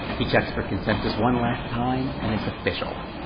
he checks for consensus one last time, and it's official.